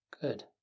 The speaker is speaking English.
Good